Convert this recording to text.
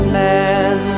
man